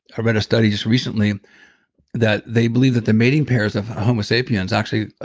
i read a study just recently that they believe that the mating pairs of homo sapiens actually.